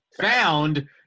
found